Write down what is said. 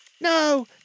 No